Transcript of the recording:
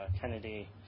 Kennedy